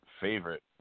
favorite